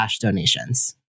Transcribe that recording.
donations